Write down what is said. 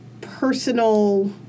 personal